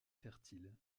fertile